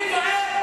אני לא דואג?